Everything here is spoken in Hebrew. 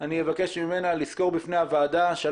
אבקש ממנה לסקור בפני הוועדה את